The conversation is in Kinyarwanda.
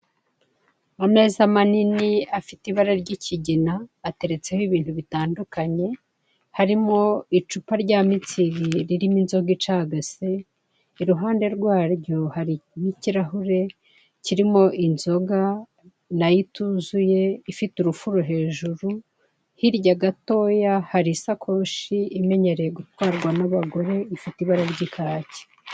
Ameza manini afite ibara ry'ikigina ateretseho ibintu bitandukanye, harimo icupa rya mitsingi ririmo inzoga icagashe, iruhande rwaryo hariho ikirahure kirimi inzoga nayo ituye ifite urufuro hejuru. Hirya gatoya hari ishakoshi imenyereye gutwarwa n'abagore ifite ibara ry'ikaki